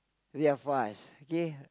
they are fast okay